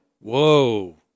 Whoa